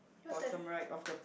bottom right of the